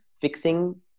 fixing